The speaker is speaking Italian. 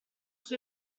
sua